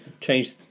change